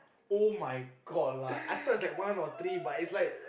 [oh]-my-god lah I thought is like one or three but it's like